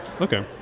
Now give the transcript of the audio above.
Okay